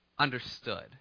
understood